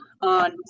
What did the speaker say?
on